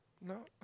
No